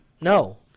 No